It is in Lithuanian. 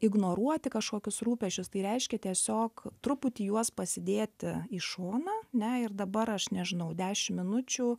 ignoruoti kažkokius rūpesčius tai reiškia tiesiog truputį juos pasidėti į šoną ne ir dabar aš nežinau dešim minučių